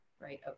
right